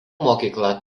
mokykla